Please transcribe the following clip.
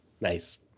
Nice